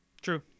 True